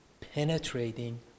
penetrating